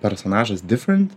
personažas different